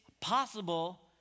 possible